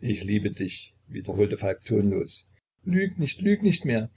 ich liebe dich wiederholte falk tonlos lüg nicht lüg nicht mehr